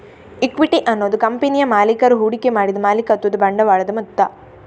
equity ಅನ್ನುದು ಕಂಪನಿಯ ಮಾಲೀಕರು ಹೂಡಿಕೆ ಮಾಡಿದ ಮಾಲೀಕತ್ವದ ಬಂಡವಾಳದ ಮೊತ್ತ